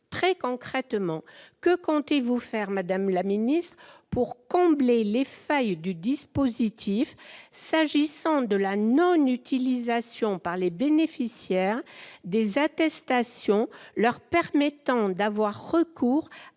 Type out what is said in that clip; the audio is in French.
très concrètement, que comptez-vous faire, madame la secrétaire d'État, pour combler les failles du dispositif s'agissant de la non-utilisation par les bénéficiaires des attestations leur permettant d'avoir recours à des droits protecteurs